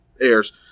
airs